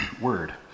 word